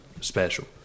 special